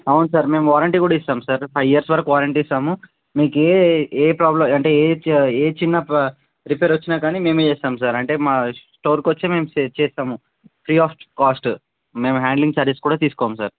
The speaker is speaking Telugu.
అవును సార్ మేము వారంటీ కూడా ఇస్తాము సార్ ఫైవ్ ఇయర్స్ వరకు వారంటీ ఇస్తాము మీకే ఏ ఏ ప్రాబ్లం అంటే ఏ ఏ ఏ చిన్న రిపేర్ వచ్చినా కానీ మేము చేస్తాము సార్ అంటే మా స్టోర్కి వచ్చి మేము చే చేస్తాము ఫ్రీ ఆఫ్ కాస్ట్ మేము హ్యాండ్లింగ్ చార్జెస్ కూడా తీసుకోము సార్